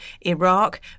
Iraq